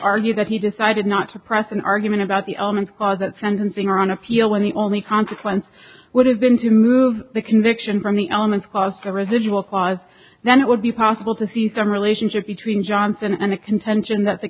argue that he decided not to press an argument about the element because at sentencing on appeal when the only consequence would have been to move the conviction from the elements caused a residual cause then it would be possible to see some relationship between johnson and the contention that the